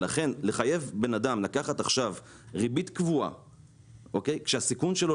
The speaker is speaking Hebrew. לכן לחייב בן אדם לקחת עכשיו ריבית קבועה שהסיכון שלו